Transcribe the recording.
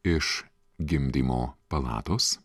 iš gimdymo palatos